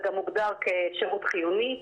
זה גם הוגדר כשירות חיוני.